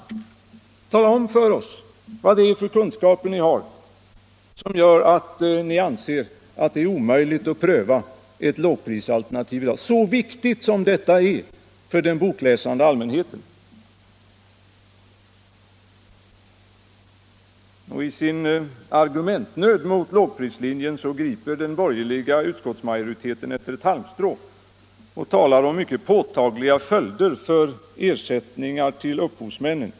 Tala alltså om för oss vad det är för kunskaper ni har som gör att ni anser det vara omöjligt att pröva ett lågprisalternativ i dag, så viktigt som detta är för den bokläsande allmänheten! I sin argumentnöd mot lågprislinjen griper den borgerliga utskottsmajoriteten efter ett halmstrå och talar om ”mycket påtagliga följder för ersättningarna till upphovsmännen”.